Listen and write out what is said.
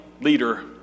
leader